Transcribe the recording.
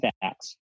facts